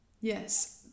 Yes